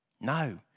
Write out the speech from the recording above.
No